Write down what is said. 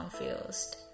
confused